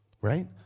right